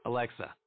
Alexa